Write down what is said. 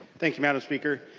thank you mme. and speaker.